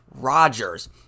Rodgers